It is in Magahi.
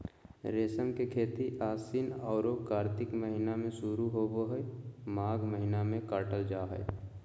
रेशम के खेती आशिन औरो कार्तिक महीना में शुरू होबे हइ, माघ महीना में काटल जा हइ